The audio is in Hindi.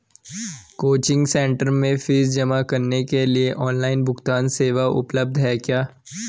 कोचिंग सेंटर में फीस जमा करने के लिए ऑनलाइन भुगतान सेवा उपलब्ध है क्या?